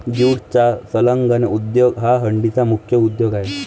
ज्यूटचा संलग्न उद्योग हा डंडीचा मुख्य उद्योग आहे